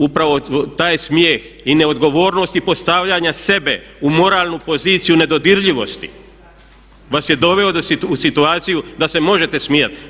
Upravo taj smijeh i neodgovornost i postavljanja sebe u moralnu poziciju nedodirljivosti vas je doveo u situaciju da se možete smijati.